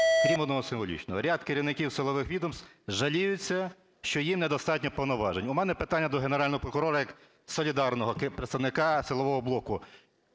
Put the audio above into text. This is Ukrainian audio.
крім одного символічного – ряд керівників силових відомств жаліються, що їм недостатньо повноважень. У мене питання до Генерального прокурора як солідарного представника силового блоку.